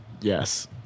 Yes